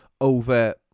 over